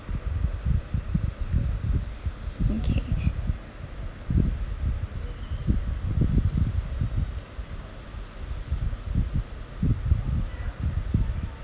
okay